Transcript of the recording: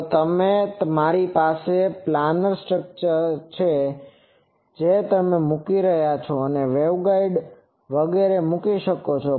જો મારી પાસે પ્લાનર સ્ટ્રક્ચર છે જે તમે મૂકી રહ્યા છો તો તમે વેવગાઇડ્સ વગેરે મૂકી શકો છો